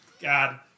God